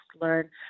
learn